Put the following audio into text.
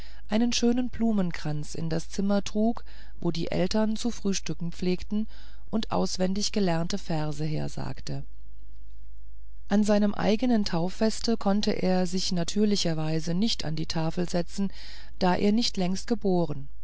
einen schönen blumenkranz in das zimmer trug wo die eltern zu frühstücken pflegten und auswendig gelernte verse hersagte an seinem eignen tauffeste konnte er sich natürlicherweise nicht an die tafel setzen da er nicht längst geboren